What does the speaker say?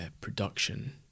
production